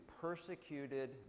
persecuted